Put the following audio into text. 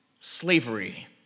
slavery